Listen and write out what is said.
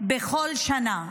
בכל שנה.